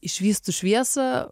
išvystų šviesą